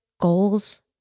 goals